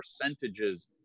percentages